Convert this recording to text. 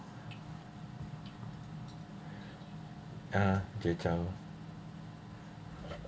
uh